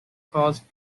caused